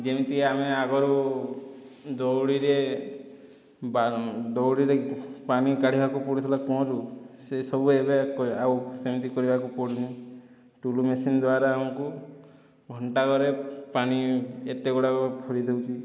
ଯେମିତି ଆମେ ଆଗରୁ ଦଉଡ଼ିରେ ଦଉଡ଼ିରେ ପାଣି କାଢ଼ିବାକୁ ପଡ଼ୁଥିଲା କୂଅଁରୁ ସେ ସବୁ ଏବେ ଆଉ ସେମିତି କରିବାକୁ ପଡ଼ୁନି ଟୁଲୁ ମେସିନ ଦ୍ୱାରା ଆମକୁ ଘଣ୍ଟାକରେ ପାଣି ଏତେ ଗୁଡ଼ାକ ଖୋଳି ଦେଉଛି